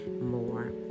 more